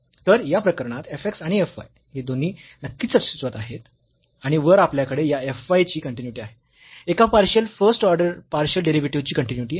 तर या प्रकरणात f x आणि f y हे दोन्ही नक्कीच अस्तित्वात आहेत आणि वर आपल्याकडे या f y ची कन्टीन्यूइटी आहे एका partial first order partial derivative ची कन्टीन्यूइटी